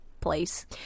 place